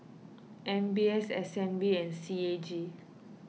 M B S S N B and C A G